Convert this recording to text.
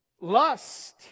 lust